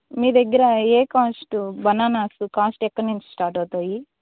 మీ దగ్గర ఏ cost bananas cost ఎక్కడ నుంచి స్టార్ట్ అవుతాయి